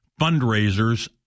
fundraisers